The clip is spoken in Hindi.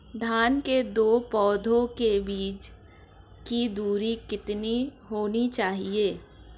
धान के दो पौधों के बीच की दूरी कितनी होनी चाहिए?